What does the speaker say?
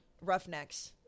Roughnecks